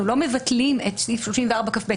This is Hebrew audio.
אנחנו לא מבטלים את סעיף 34כב,